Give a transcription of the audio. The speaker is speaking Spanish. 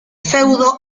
feudo